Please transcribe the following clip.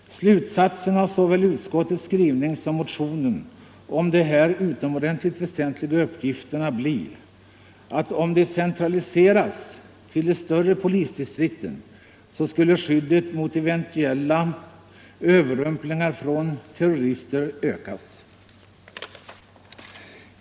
Slutsatsen av såväl utskottets skrivning som motionen blir att om dessa utomordentligt väsentliga uppgifter centraliseras till de större polisdistrikten skulle skyddet mot eventuella överrumplingar från terrorister ökas.